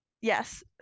Yes